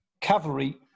cavalry